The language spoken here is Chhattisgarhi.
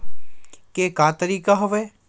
के का तरीका हवय?